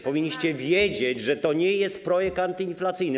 Powinniście wiedzieć, że to nie jest projekt antyinflacyjny.